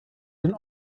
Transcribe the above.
den